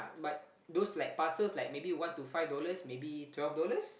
but those like parcels like one to five dollars maybe twelve dollars